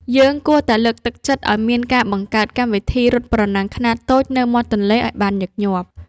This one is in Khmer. យើងគួរតែលើកទឹកចិត្តឱ្យមានការបង្កើតកម្មវិធីរត់ប្រណាំងខ្នាតតូចនៅមាត់ទន្លេឱ្យបានញឹកញាប់។